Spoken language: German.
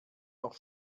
noch